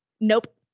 Nope